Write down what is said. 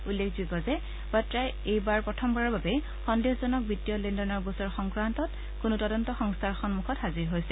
উল্লেখযোগ্য যে বাদ্ৰাই এইবাৰ প্ৰথমবাৰৰ বাবে সন্দেহজনক বিত্তীয় লেনদেনৰ গোচৰ সংক্ৰান্তত কোনো তদন্ত সংস্থাৰ সন্মখত হাজিৰ হৈছে